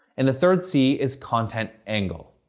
and the third c is content angle.